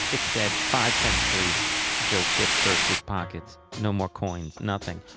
it said five cents please joe chip searched his pockets. no more coins. nothing.